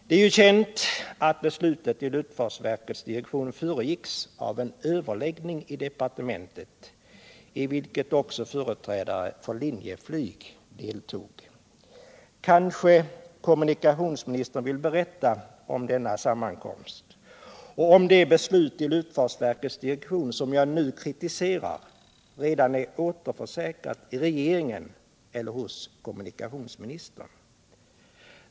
Det är ju känt att beslutet i luftfartsverkets direktion föregicks av en överläggning i departementet, i vilken också företrädare för Linjeflyg deltog. Kanske kommunikationsministern vill berätta om denna sammankomst och om det beslut i luftfartsverkets direktion som jag nu kritiserar redan är återförsäkrat i regeringen eller hos kommunikationsministern.